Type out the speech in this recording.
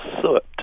soot